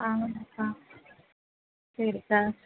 ஆமாங்கக்கா சரிக்கா